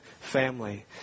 family